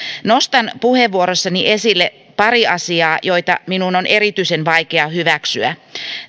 nostan puheenvuorossani esille pari asiaa joita minun on erityisen vaikea hyväksyä